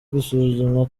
gusuzumwa